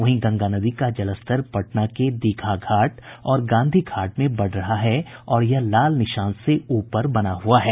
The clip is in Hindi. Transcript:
वहीं गंगा नदी का जलस्तर पटना के दीघा घाट और गांधी घाट में बढ़ रहा है और यह लाल निशान से ऊपर बना हुआ है